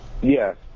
Yes